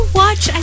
watch